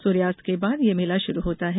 सूर्यास्त के बाद ये खेल शुरू होता है